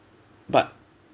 but